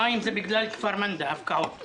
המים זה בגלל כפר מנדא, הפקעות.